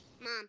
Mom